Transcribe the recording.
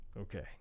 okay